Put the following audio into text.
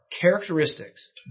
characteristics